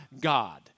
God